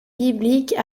bibliques